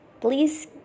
Please